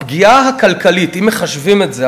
אם מחשבים את זה,